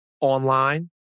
online